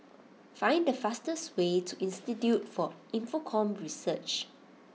find the fastest way to Institute for Infocomm Research